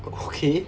oh okay